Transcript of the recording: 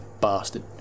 bastard